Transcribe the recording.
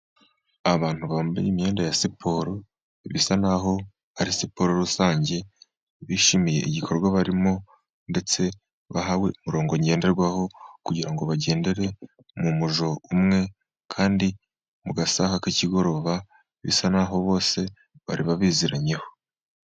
Abantu bambaye imyenda ya siporo bisa n'aho ari siporo rusange, bishimiye igikorwa barimo ndetse bahawe umurongo ngenderwaho kugira ngo bagendere mu mujyo umwe, kandi mu gasaha k'ikigoroba bisa n'aho bose bari babiziranyeho.